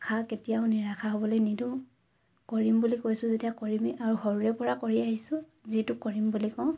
আশা কেতিয়াও নিৰাশা হ'বলে নিদিওঁ কৰিম বুলি কৈছোঁ যেতিয়া কৰিমেই আৰু সৰুৰে পৰা কৰি আহিছোঁ যিটো কৰিম বুলি কওঁ